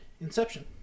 Inception